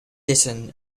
ditton